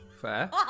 Fair